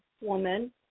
woman